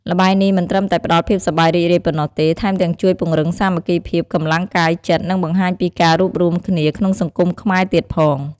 ល្បែងនេះមិនត្រឹមតែផ្តល់ភាពសប្បាយរីករាយប៉ុណ្ណោះទេ ថែមទាំងជួយពង្រឹងសាមគ្គីភាព កម្លាំងកាយចិត្ត និងបង្ហាញពីការរួបរួមគ្នាក្នុងសង្គមខ្មែរទៀតផង។